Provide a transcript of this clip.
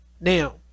Now